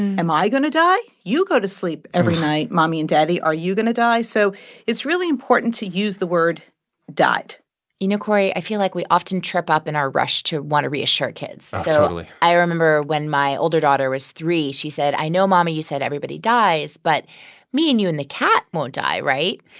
am i going to die? you go to sleep every night, mommy and daddy. are you going to die? so it's really important to use the word died you know, cory, i feel like we often trip up in our rush to want to reassure kids totally so i remember when my older daughter was three, she said, i know, mommy, you said everybody dies. but me and you and the cat won't die, right?